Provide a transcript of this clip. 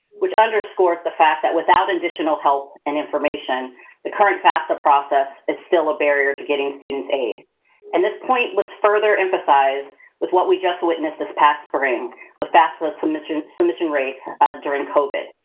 which underscores the fact that without additional help and information, the current fafsa process is still a barrier to getting students aid and this point was further emphasized with what we just witnessed this past spring with fafsa submission submission rates during covid.